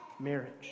marriage